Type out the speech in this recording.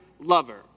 lover